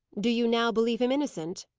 do you now believe him innocent?